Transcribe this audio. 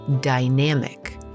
dynamic